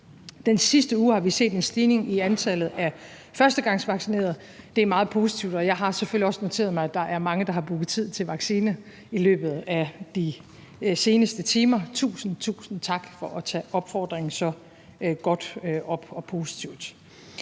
Den sidste uge har vi set en stigning i antallet af førstegangsvaccinerede – det er meget positivt – og jeg har selvfølgelig også noteret mig, at der er mange, der har booket tid til vaccination i løbet af de seneste timer. Tusind, tusind tak for at tage så godt og positivt